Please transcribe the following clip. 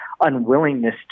unwillingness